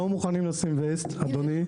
לא מוכנים לשים ווסט אדוני.